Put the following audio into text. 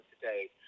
today